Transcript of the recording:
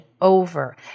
over